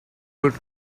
could